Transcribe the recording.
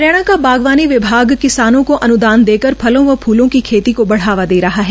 हरियाणा का बागवानी विभाग किसानो को अन्दान देकर फलों व फूलों की खेती को बढ़ावा दे रहा है